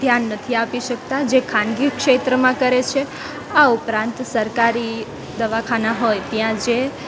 ધ્યાન નથી આપી શકતા જે ખાનગી ક્ષેત્રમાં કરે છે આ ઉપરાંત સરકારી દવાખાના હોય ત્યાં જે